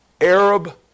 Arab